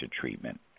treatment